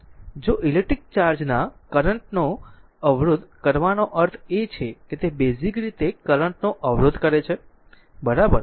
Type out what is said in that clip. જો ઇલેક્ટ્રિક ચાર્જના કરંટ નો અવરોધ કરવાનો અર્થ એ છે કે તે બેઝીક રીતે કરંટ નો અવરોધ કરે છે બરાબર